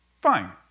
fine